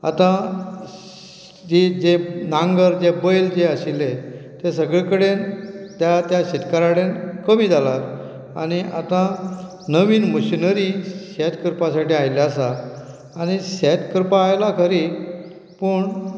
आतां स जीं जे नांगर जे बैल जे आशिल्ले ते सगळे कडेन त्या त्या शेतकऱ्या डेन कमी जालात आनी आतां नवीन मशिनरी शेत करपा साठी आयल्ले आसा आनी शेत करपा आयला खरी पूण